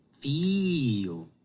Feel